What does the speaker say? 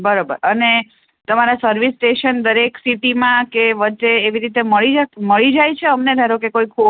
બરોબર અને તમારા સર્વિસ સ્ટેશન દરેક સિટીમાં કે વચ્ચે એવી રીતે મળી મળી જાય છે અમને ધારો કે કોઈ